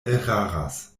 eraras